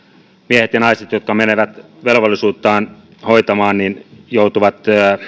miehet ja naiset jotka menevät velvollisuuttaan hoitamaan joutuvat